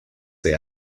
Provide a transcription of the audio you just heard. the